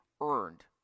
earned